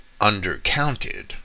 undercounted